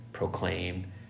Proclaim